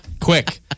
Quick